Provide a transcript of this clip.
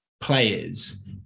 players